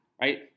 right